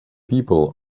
people